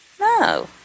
No